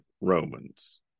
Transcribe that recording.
Romans